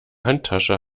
handtasche